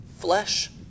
flesh